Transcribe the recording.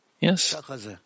Yes